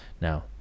Now